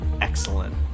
excellent